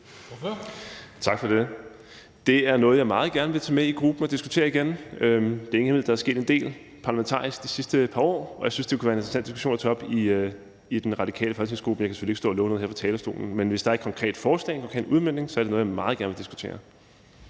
Tak for det. Det er noget, jeg meget gerne vil tage op i gruppen og diskutere igen. Der er sket en del parlamentarisk i de sidste par år, og jeg synes, at det kunne være en interessant diskussion at tage op i den radikale folketingsgruppe. Jeg kan selvfølgelig ikke stå og love noget her fra talerstolen, men hvis der er et konkret forslag omkring udmøntning, er det noget, jeg meget gerne vil diskutere.